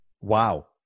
Wow